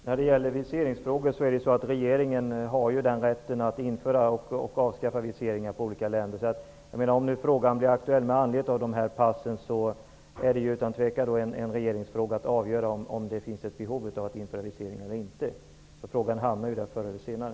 Herr talman! Regeringen har rätt att införa och avskaffa viseringar för olika länder. Om frågan blir aktuell med anledning av det här är det utan tvekan en regeringsfråga att avgöra om det finns behov av att införa viseringar eller inte. Frågan hamnar där förr eller senare.